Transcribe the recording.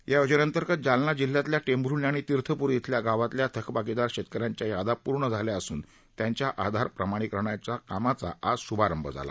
या योजनेंतर्गत जालना जिल्ह्यातल्या टेंभूर्णी आणि तीर्थप्री इथल्या गावातल्या थकबाकीदार शेतकऱ्यांच्या याद्या पूर्ण झाल्या असून त्यांच्या आधार प्रमाणिकरणाच्या कामाचा शभारंभ आज झाला